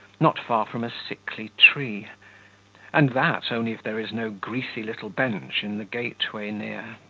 not far from a sickly tree and that, only if there is no greasy little bench in the gateway near.